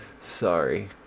sorry